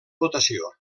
votació